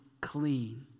clean